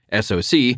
SOC